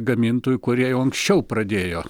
gamintojų kurie jau anksčiau pradėjo